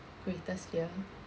greatest fear